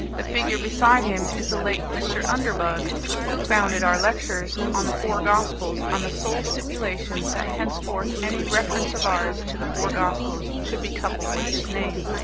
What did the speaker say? the figure beside him is the late mr. underbugg who founded our lectures on the four gospels on the sole stipulation that henceforth any reference of ours to the four gospels should be coupled with his name.